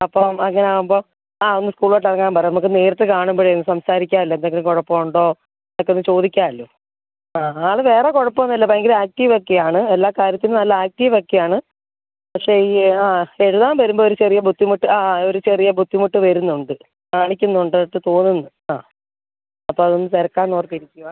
അപ്പം അങ്ങനെ ആവുമ്പോൾ ആ ഒന്ന് സ്കൂളിലോട്ട് ഇറങ്ങാൻ പറ നമുക്ക് നേരിട്ട് കാണുമ്പോൾ സംസാരിക്കാമല്ലോ എന്തെങ്കിലും കുഴപ്പം ഉണ്ടോ ഒക്കെ ഒന്ന് ചോദിക്കാമല്ലോ ആ ആൾ വേറെ കുഴപ്പം ഒന്നും ഇല്ല ഭയങ്കര ആക്റ്റീവ് ഒക്കെയാണ് എല്ലാ കാര്യത്തിനും നല്ല ആക്റ്റീവ് ഒക്കെയാണ് പക്ഷേ ഈ ആ എഴുതാൻ വരുമ്പോൾ ഒരു ചെറിയ ബുദ്ധിമുട്ട് ആ ഒരു ചെറിയ ബുദ്ധിമുട്ട് വരുന്നുണ്ട് കാണിക്കുന്നുണ്ടായിട്ട് തോന്നുന്നു ആ അപ്പോൾ അതൊന്ന് തിരക്കാം എന്ന് ഓർത്തിരിക്കുവാണ്